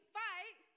fight